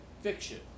fiction